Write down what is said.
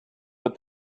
but